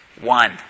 One